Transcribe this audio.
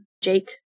Jake